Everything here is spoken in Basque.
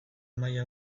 maila